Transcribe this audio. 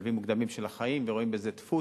בשלבים מוקדמים של החיים ורואים בזה דפוס.